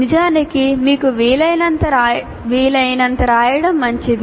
నిజానికి మీకు వీలైనంత రాయడం మంచిది